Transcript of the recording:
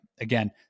Again